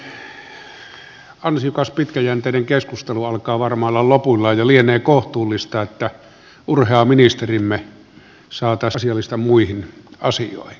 varsin ansiokas pitkäjänteinen keskustelu alkaa varmaan olla lopuillaan ja lienee kohtuullista että urhea ministerimme saa tässä vielä jonkinlaisen yhteenvetopuheenvuoron ja sitten voinemme siirtyä asialistan muihin asioihin